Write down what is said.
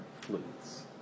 flutes